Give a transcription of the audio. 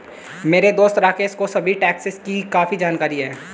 मेरे दोस्त राकेश को सभी टैक्सेस की काफी जानकारी है